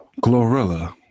Glorilla